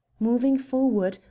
moving forward,